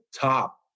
top